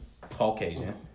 Caucasian